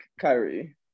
Kyrie